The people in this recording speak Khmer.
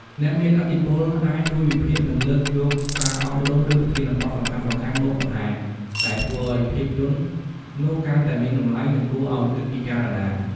អ្នកមានឥទ្ធិពលអាចជួយវិភាគ និងលើកយកសារអប់រំ ឬប្រធានបទសំខាន់ៗមកបង្ហាញ ដែលធ្វើឱ្យភាពយន្តនោះកាន់តែមានតម្លៃ និងគួរឱ្យគិតពិចារណា។